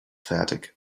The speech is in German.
fertig